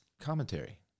commentary